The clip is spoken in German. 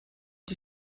die